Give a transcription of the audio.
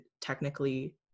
technically